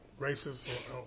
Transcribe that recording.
racist